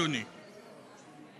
אדוני,